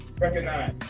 recognize